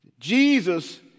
Jesus